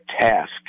task